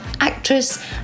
actress